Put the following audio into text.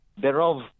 thereof